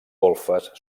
golfes